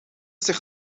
zich